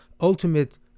ultimate